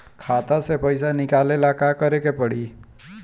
खाता से पैसा निकाले ला का करे के पड़ी?